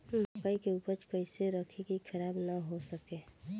मकई के उपज कइसे रखी की खराब न हो सके?